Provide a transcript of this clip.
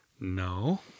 No